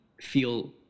feel